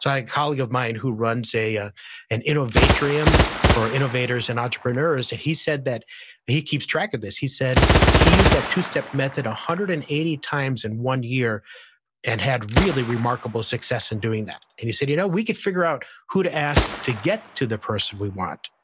so a colleague of mine who runs ah an innovatrium for innovators and entrepreneurs and he said that he keeps track of this. he said he used that two-step method one hundred and eighty times in one year and had really remarkable success in doing that, and he said, you know, we could figure out who to ask to get to the person we want.